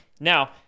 Now